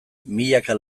milaka